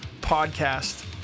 podcast